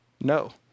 No